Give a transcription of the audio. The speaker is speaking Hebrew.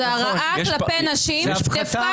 זאת הרעה כלפי נשים דה-פקטו.